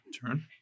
turn